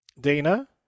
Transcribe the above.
Dana